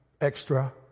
extra